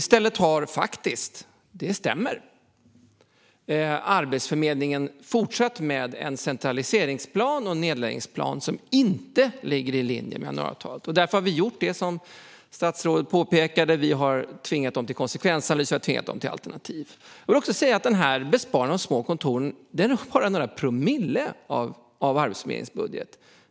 I stället har Arbetsförmedlingen - det stämmer faktiskt - fortsatt med en centraliseringsplan och en nedläggningsplan som inte ligger i linje med januariavtalet. Därför har vi gjort det som statsrådet påpekade: Vi har tvingat dem till konsekvensanalys och till alternativ. Besparingen på små kontor är bara några promille av Arbetsförmedlingens budget.